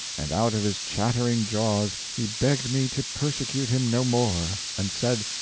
and out of his chattering jaws he begged me to persecute him no more, and said,